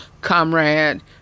comrade